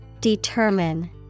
Determine